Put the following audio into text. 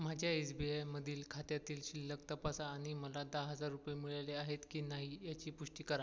माझ्या S B आयमधील खात्यातील शिल्लक तपासा आणि मला दहा हजार रुपये मिळाले आहेत की नाही याची पुष्टी करा